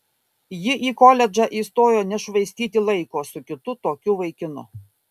ji į koledžą įstojo nešvaistyti laiko su kitu tokiu vaikinu